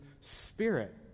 Spirit